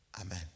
Amen